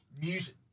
Music